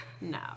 No